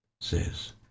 says